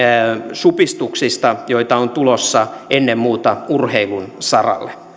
supistuksista joita on tulossa ennen muuta urheilun saralle